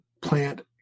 plant